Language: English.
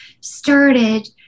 started